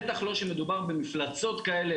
בטח לא כשמדובר במפלצות כאלה.